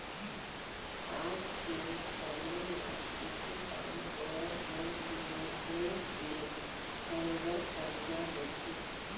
आज के समे म कुछु काम होवय मनसे मन बेंक ले बरोबर करजा लेथें